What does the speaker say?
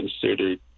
considered